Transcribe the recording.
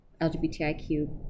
LGBTIQ